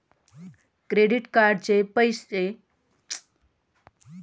Credit कार्डचे वापरलेले पैसे परत भरण्यासाठी किती दिवसांची मुदत असते?